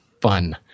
fun